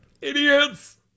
idiots